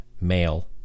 male